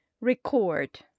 Record